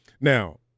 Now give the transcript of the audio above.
Now